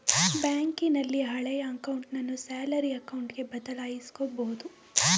ಬ್ಯಾಂಕಿನಲ್ಲಿ ಹಳೆಯ ಅಕೌಂಟನ್ನು ಸ್ಯಾಲರಿ ಅಕೌಂಟ್ಗೆ ಬದಲಾಯಿಸಕೊಬೋದು